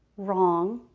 wrong,